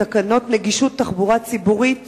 בתקנות נגישות תחבורה ציבורית